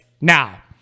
now